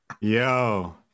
Yo